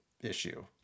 issue